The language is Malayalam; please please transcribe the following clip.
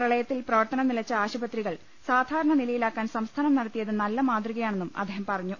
പ്രളയത്തിൽ പ്രവർത്തനം നിലച്ച ആശുപത്രികൾ സാധാരണ നിലയിലാക്കാൻ സംസ്ഥാനം നടത്തിയത് നല്ല മാതൃകയാണെന്നും അദ്ദേഹം പറഞ്ഞു